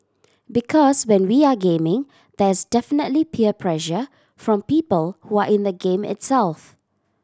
because when we are gaming there is definitely peer pressure from people who are in the game itself